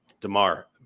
DeMar